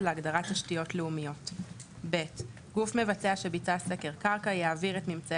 להגדרת "תשתיות לאומיות"; (ב) גוף מבצע שביצע סקר קרקע יעביר את ממצאי